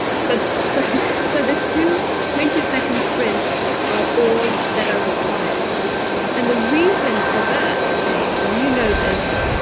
so so so the two twenty second sprints are all that are required and the reason for that dave, and you know this,